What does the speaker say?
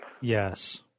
Yes